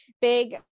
big